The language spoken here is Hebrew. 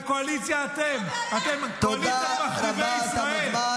קואליציה, אתם -- תודה רבה, תם הזמן.